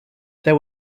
there